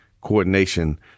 coordination